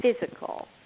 physical